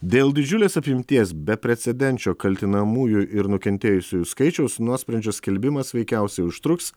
dėl didžiulės apimties beprecedenčio kaltinamųjų ir nukentėjusiųjų skaičiaus nuosprendžio skelbimas veikiausiai užtruks